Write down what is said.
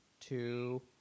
two